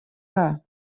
her